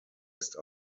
ist